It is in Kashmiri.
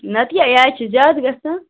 نَتہٕ کیاہ یہِ حظ چھُ زیادٕ گَژھان